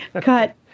Cut